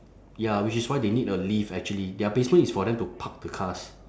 ya which is why they need a lift actually their basement is for them to park the cars